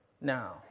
now